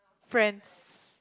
friends